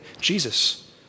Jesus